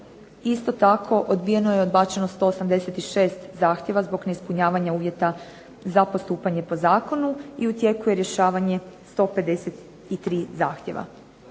isto tako odbijeno je i odbačeno 186 zahtjeva zbog neispunjavanja uvjeta za postupanje po zakonu i u tijeku je rješavanje 153 zahtjeva.